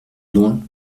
loin